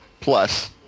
Plus